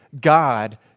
God